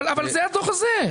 אבל זה הדוח הזה.